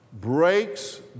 breaks